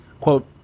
quote